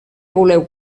voleu